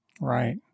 Right